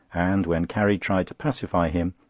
and when carrie tried to pacify him,